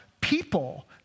people